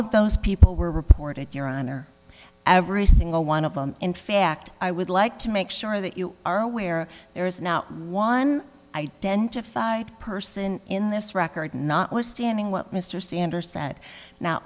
of those people were reported your honor every single one of them in fact i would like to make sure that you are aware there is now one identified person in this record notwithstanding what mr stander said now